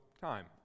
time